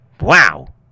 wow